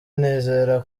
nizera